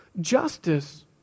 justice